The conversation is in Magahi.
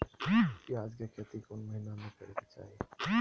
प्याज के खेती कौन महीना में करेके चाही?